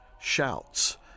Shouts